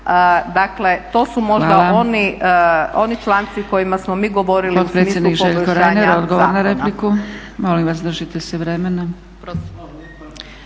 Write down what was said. dakle to su možda oni članci kojima smo mi govorili u smislu poboljšanja